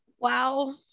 Wow